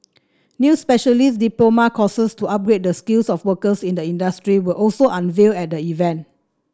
new specialist diploma courses to upgrade the skills of workers in the industry were also unveiled at the event